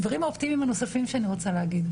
הדברים האופטימיים הנוספים שאני רוצה להגיד,